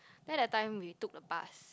then that time we took the bus